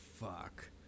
fuck